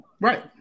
Right